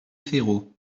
ferraud